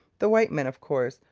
the white men, of course,